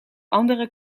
andere